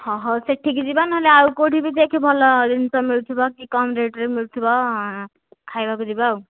ହଁ ହଉ ସେଠିକି ଯିବା ନହେଲେ ଆଉ କେଉଁଠି ବି ଯାଇକି ଭଲ ଜିନିଷ ମିଳୁଥିବ କି କମ୍ ରେଟ୍ରେ ମିଳୁଥିବ ଖାଇବାକୁ ଯିବା ଆଉ